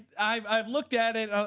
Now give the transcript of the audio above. i've i've looked at it.